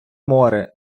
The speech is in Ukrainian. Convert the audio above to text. море